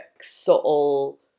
subtle